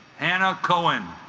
anna cohen